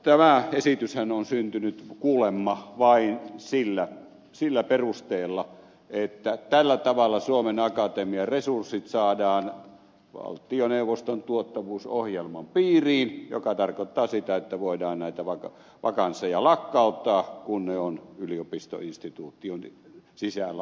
tämä esityshän on syntynyt kuulemma vain sillä perusteella että tällä tavalla suomen akatemian resurssit saadaan valtioneuvoston tuottavuusohjelman piiriin mikä tarkoittaa sitä että voidaan näitä vakansseja lakkauttaa kun ne ovat yliopistoinstituution sisällä omalla tavallaan